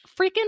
freaking